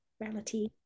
Reality